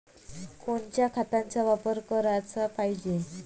कोनच्या खताचा वापर कराच पायजे?